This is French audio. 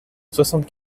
soixante